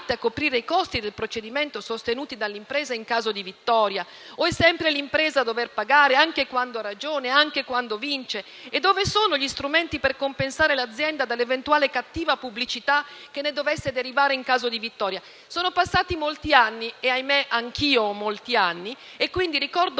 a coprire i costi del procedimento sostenuti dall'impresa in caso di vittoria? O è sempre l'impresa a dover pagare, anche quando ha ragione, anche quando vince? E dove sono gli strumenti per compensare l'azienda dall'eventuale cattiva pubblicità che ne dovesse derivare in caso di vittoria? Sono passati molti anni e, ahimè, anch'io ho molti anni e quindi ricordo